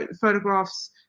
photographs